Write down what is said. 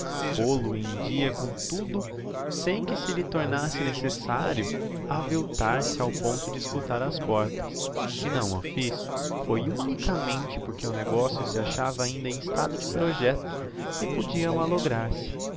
pôl-o em dia com tudo sem que se lhe tornasse necessario aviltar se ao ponto de escutar ás portas se o não fiz foi unicamente porque o negocio se achava ainda em estado de projecto e podia mallograr se